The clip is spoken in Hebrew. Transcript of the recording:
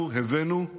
אנחנו הבאנו,